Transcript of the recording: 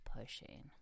pushing